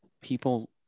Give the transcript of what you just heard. people